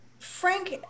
frank